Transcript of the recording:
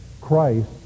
Christ